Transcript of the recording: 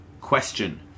Question